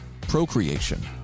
procreation